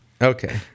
Okay